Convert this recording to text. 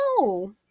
no